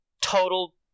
total